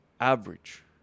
average